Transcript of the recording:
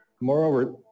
Moreover